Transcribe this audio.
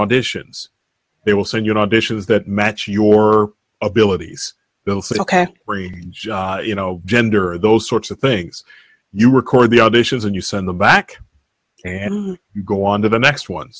titian's they will send you know additions that match your abilities they'll say ok you know gender those sorts of things you record the auditions and you send them back and go on to the next one